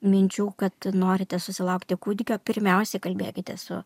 minčių kad norite susilaukti kūdikio pirmiausia kalbėkite su